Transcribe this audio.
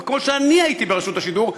כמו שאני הייתי ברשות השידור,